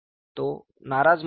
तो नाराज मत होइए